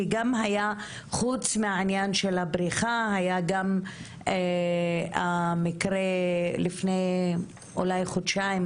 כי חוץ מהעניין של הבריכה היה גם המקרה לפני אולי חודשיים,